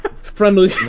friendly